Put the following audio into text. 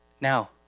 Now